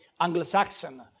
Anglo-Saxon